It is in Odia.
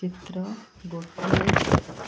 ଚିତ୍ର